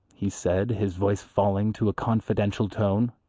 he said, his voice falling to a confidential tone,